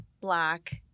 black